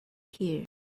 here